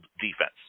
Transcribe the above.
defense